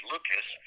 Lucas